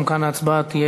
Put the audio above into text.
גם כאן ההצבעה תהיה,